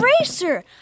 racer